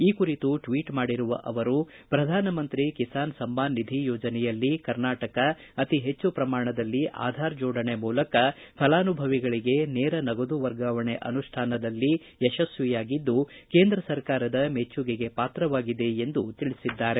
ಈ ಕುರಿತು ಟ್ವೀಟ್ ಮಾಡಿರುವ ಅವರು ಪ್ರಧಾನಮಂತ್ರಿ ಕಿಸಾನ್ ಸಮ್ನಾನ್ ನಿಧಿ ಯೋಜನೆಯಲ್ಲಿ ಕರ್ನಾಟಕ ರಾಜ್ಯವು ಅತಿಹೆಚ್ಚು ಪ್ರಮಾಣದಲ್ಲಿ ಆಧಾರ್ ಜೋಡಣೆ ಮೂಲಕ ಫಲಾನುಭವಿಗಳಿಗೆ ನೇರ ನಗದು ವರ್ಗಾವಣೆ ಅನುಷ್ಠಾನಗೊಳಿಸುವಲ್ಲಿ ಯಶಸ್ವಿಯಾಗಿದ್ದು ಕೇಂದ್ರ ಸರ್ಕಾರದ ಮೆಚ್ಚುಗೆಗೆ ಪಾತ್ರವಾಗಿದೆ ಎಂದು ಅವರು ತಿಳಿಸಿದ್ದಾರೆ